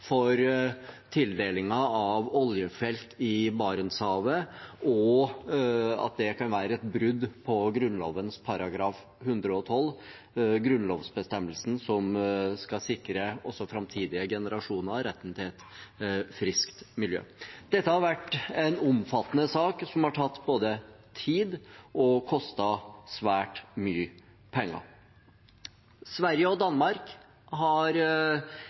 for tildelingen av oljefelt i Barentshavet, og at det kan være et brudd på Grunnloven § 112, grunnlovsbestemmelsen som skal sikre også framtidige generasjoner retten til et friskt miljø. Dette har vært en omfattende sak som både har tatt tid og kostet svært mye penger. Sverige og Danmark har